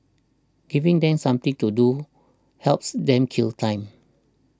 giving them something to do helps them kill time